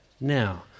now